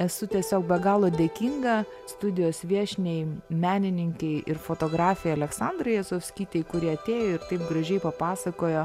esu tiesiog be galo dėkinga studijos viešniai menininkei ir fotografei aleksandrai jacovskytei kuri atėjo ir taip gražiai papasakojo